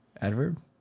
Adverb